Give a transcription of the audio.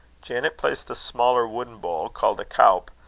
janet placed a smaller wooden bowl, called a caup,